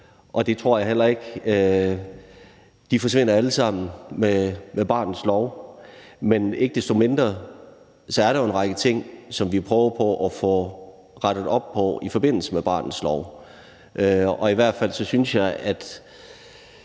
og jeg tror heller ikke, at de alle forsvinder med barnets lov. Men ikke desto mindre er der en række ting, som vi prøver at få rettet op på i forbindelse med barnets lov; i hvert fald synes jeg, at